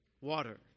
water